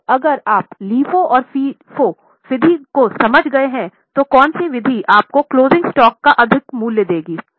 तो अब अगर आप LIFO और FIFO विधि को समझ गए हैं तो कौन सी विधि आपको क्लोजिंग स्टॉक का अधिक मूल्य देगी